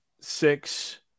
six